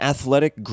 Athletic